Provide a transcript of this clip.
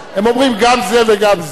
הם אומרים גם זה וגם זה.